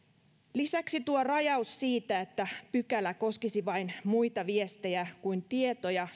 lisäksi tuo rajaus siitä että pykälä koskisi vain muita viestejä kuin tietoja